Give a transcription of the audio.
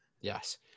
Yes